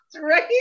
right